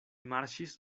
marŝis